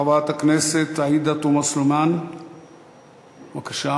חברת הכנסת עאידה תומא סלימאן, בבקשה,